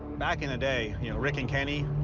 back in the day, you know rick and kenny,